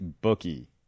bookie